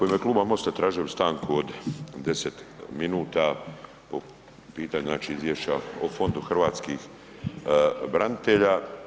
U ime Kluba MOST-a tražio bi stanku od 10 minuta po pitanju, znači Izvješća o Fondu hrvatskih branitelja.